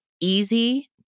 easy